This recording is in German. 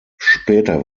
später